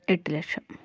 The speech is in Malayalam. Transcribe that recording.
എട്ട് ലക്ഷം